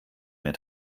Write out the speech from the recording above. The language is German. mehr